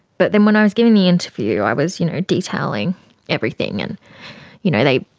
but then when i was giving the interview i was you know detailing everything, and you know they